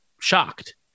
shocked